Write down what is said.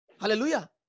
Hallelujah